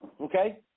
okay